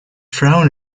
frown